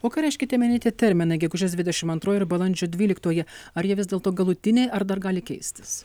o ką reikškia tie minėti terminai gegužės dvidešim antroji ir balandžio dvyliktoji ar jie vis dėlto galutiniai ar dar gali keistis